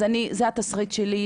אז זה התסריט שלי,